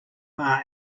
far